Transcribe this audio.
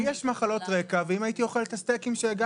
גם לי יש מחלות רקע ואם הייתי אוכל את הבשר שהגשתם,